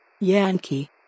Yankee